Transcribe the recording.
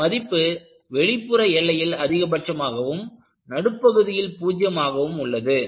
இதன் மதிப்பு வெளிப்புற எல்லையில் அதிகபட்சமாகவும் நடுப்பகுதியில் பூஜ்யம்ஆகவும் உள்ளது